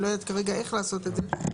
אני לא יודעת כרגע איך לעשות את זה.